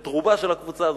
את רובה של הקבוצה הזאת,